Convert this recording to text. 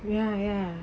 ya ya